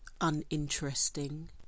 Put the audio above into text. uninteresting